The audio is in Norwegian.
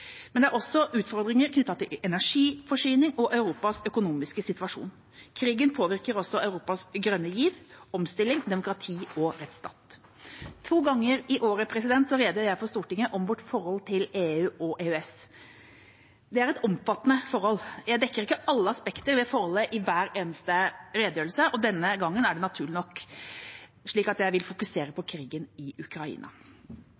Men det er også utfordringer knyttet til energiforsyning og Europas økonomiske situasjon. Krigen påvirker også Europas grønne giv, omstilling, demokrati og rettsstat. To ganger i året redegjør jeg for Stortinget om vårt forhold til EU og EØS. Det er et omfattende forhold. Jeg dekker ikke alle aspekter ved forholdet i hver eneste redegjørelse. Denne gangen er det naturlig nok slik at jeg vil fokusere